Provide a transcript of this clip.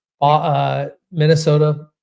Minnesota